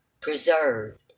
preserved